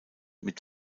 mit